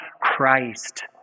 Christ